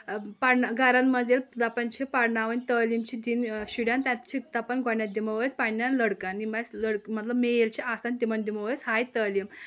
پرنہٕ گرن منٛز ییٚلہ دَپان چھِ پَرناوان تعلیٖم چھِ دِنۍ شُرین تَتہِ چھِ دَپان گۄڈٕنیٚتھ دِمو أسۍ پَنٕنٮ۪ن لڑکَن یِم اَسہِ لڑکہٕ مطلب میل چھِ آسان تِمن دِمو أسۍ ہاے تعلیٖم